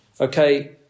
okay